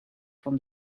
from